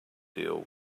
deal